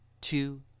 two